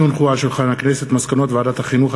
מסקנות ועדת החינוך,